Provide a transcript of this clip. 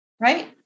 right